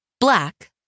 Black